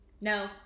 No